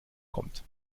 kommt